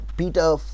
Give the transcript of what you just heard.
Peter